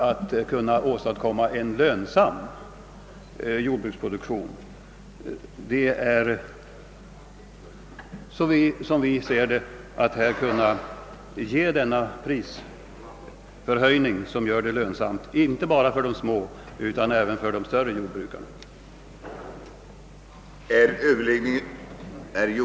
Vi måste få den prisförhöjning som gör verksamheten lönsam inte bara för de små utan även för de större jordbrukarna som bedriver mjölkproduktion.